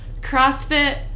CrossFit